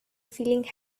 feeling